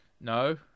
No